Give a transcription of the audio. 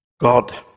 God